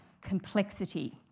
complexity